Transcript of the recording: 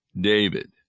David